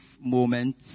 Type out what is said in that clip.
moment